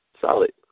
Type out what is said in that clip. solid